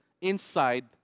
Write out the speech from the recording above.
inside